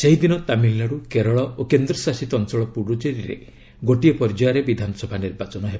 ସେହି ଦିନ ତାମିଲନାଡୁ କେରଳ ଓ କେନ୍ଦ୍ରଶାସିତ ଅଞ୍ଚଳ ପୁଡ଼ୁଚେରୀରେ ଗୋଟିଏ ପର୍ଯ୍ୟାୟରେ ବିଧାନସଭା ନିର୍ବାଚନ ହେବ